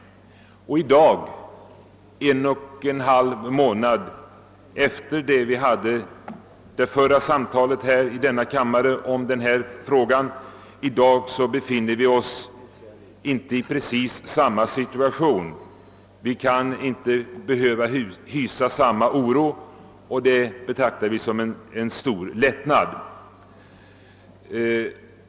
I dag — en och en halv månad efter det att vi hade det förra samtalet här i kammaren i denna fråga — befinner vi oss inte i precis samma situation; vi behöver inte hysa samma oro och det känns som en stor lättnad.